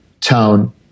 tone